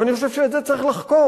אבל אני חושב שאת זה צריך לחקור,